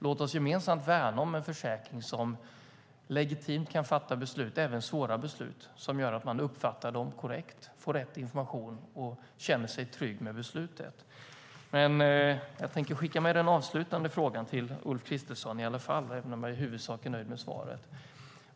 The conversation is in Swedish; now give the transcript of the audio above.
Låt oss gemensamt värna om en försäkring som legitimt kan fatta beslut, även svåra beslut, som man uppfattar som korrekt, att man får rätt information och känner sig trygg med beslutet. Jag tänker skicka med en avslutande fråga till Ulf Kristersson, även om jag i huvudsak är nöjd med svaret.